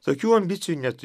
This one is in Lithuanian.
tokių ambicijų net